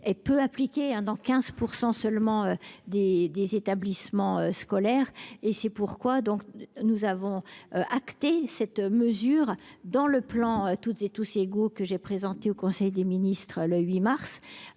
sont peu appliquées- dans seulement 15 % des établissements scolaires. C'est pourquoi nous avons fait figurer cette mesure dans le plan « Toutes et tous égaux » que j'ai présenté en Conseil des ministres le 8 mars